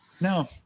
No